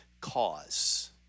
cause